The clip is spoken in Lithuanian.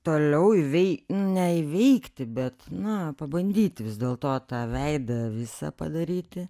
toliau įvei ne įveikti bet na pabandyti vis dėlto tą veidą visą padaryti